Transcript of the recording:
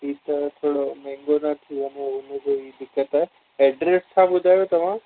हीअ त थोरो महांगो था थींदो उनमें उनमें दिक़तु आहे एड्रस छा ॿुधायव तव्हां